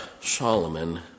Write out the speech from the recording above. Solomon